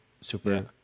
super